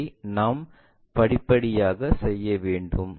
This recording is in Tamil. அதை நாம் படிப்படியாக செய்ய வேண்டும்